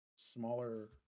smaller